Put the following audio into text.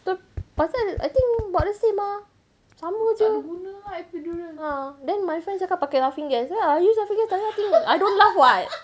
tapi pasal I think about the same ah sama jer ah then my friend cakap pakai laughing gas ya use laughing gas tengok I don't laugh [what]